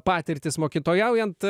patirtis mokytojaujant